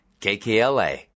KKLA